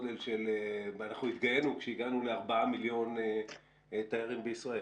ואנחנו התגאינו כשהגענו לארבעה מיליון תיירים בישראל.